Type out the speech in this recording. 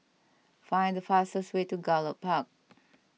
find the fastest way to Gallop Park